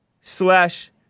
slash